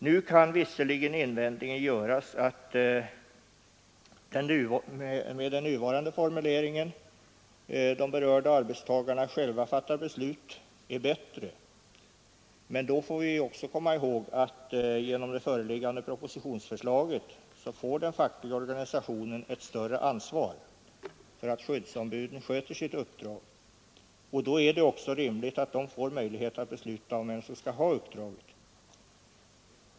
Nu kan visserligen den invändningen göras att den nuvarande formuleringen, enligt vilken de berörda arbetstagarna själva fattar beslutet, är bättre. Men då skall vi komma ihåg att genom det föreliggande propositionsförslaget får den fackliga organisationen ett större ansvar för att skyddsombuden sköter sitt uppdrag. Då är det också rimligt att de får möjlighet att besluta om vem som skall ha uppdraget.